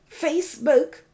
Facebook